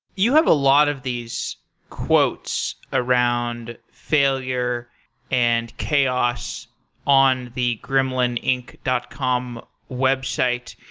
you have a lot of these quotes around failure and chaos on the gremlininc dot com website,